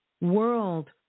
world